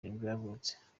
yavutse